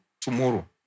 tomorrow